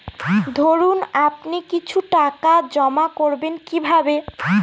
ধরুন আপনি কিছু টাকা জমা করবেন কিভাবে?